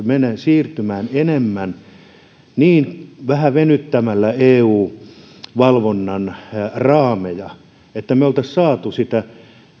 siirtymään enemmän omavalvontaan venyttämällä vähän eu valvonnan raameja että me olisimme saaneet sitä